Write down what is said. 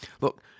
look